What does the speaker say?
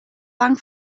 lang